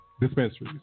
dispensaries